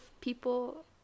people